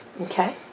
Okay